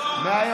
מה קרה?